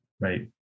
Right